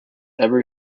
every